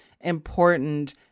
important